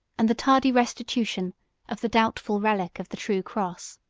and the tardy restitution of the doubtful relic of the true cross.